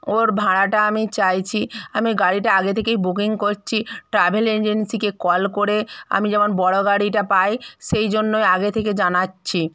ওর ভাড়াটা আমি চাইছি আমি গাড়িটা আগে থেকেই বুকিং করছি ট্রাভেল এজেন্সিকে কল করে আমি যেমন বড়ো গাড়িটা পাই সেই জন্যই আগে থেকে জানাচ্ছি